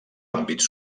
àmbits